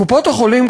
קופות-החולים,